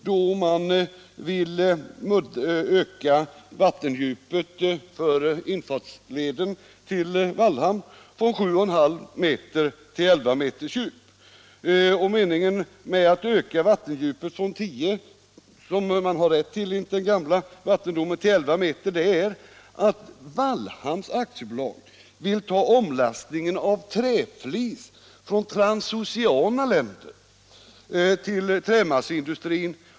Bolaget vill öka vattendjupet för infartsleden till Wallhamn från 7,5 m till 11 m. Wallhamn AB vill öka vattendjupet från 10 m, som bolaget har rätt till enligt den gamla vattendomen, till 11 m för att kunna klara omlastning av träflis från transoceana länder till trämasseindustrier.